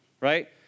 Right